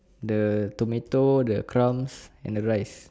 the tomato the crump and the rice